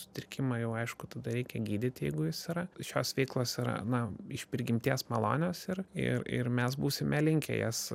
sutrikimą jau aišku tada reikia gydyt jeigu jis yra šios veiklos yra na iš prigimties malonios ir ir ir mes būsime linkę jas